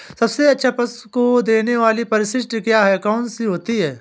सबसे अच्छा पशुओं को देने वाली परिशिष्ट क्या है? कौन सी होती है?